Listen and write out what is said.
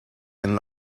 and